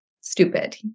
stupid